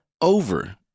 over